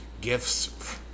gifts